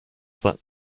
that